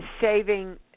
saving